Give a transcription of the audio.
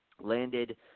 landed